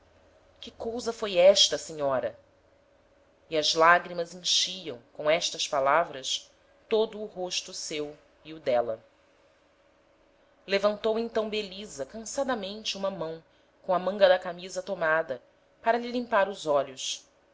que cousa foi esta senhora e as lagrimas enchiam com estas palavras todo o rosto seu e o d'éla levantou então belisa cansadamente uma mão com a manga da camisa tomada para lhe limpar os olhos